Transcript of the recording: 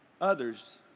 others